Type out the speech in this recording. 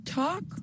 talk